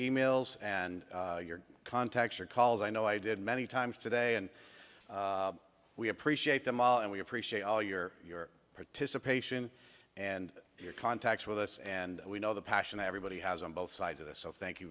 e mails and your contacts or calls i know i did many times today and we appreciate them all and we appreciate all your your participation and your contacts with us and we know the passion everybody has on both sides of this so thank you